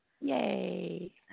Yay